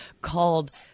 called